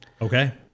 Okay